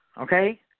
okay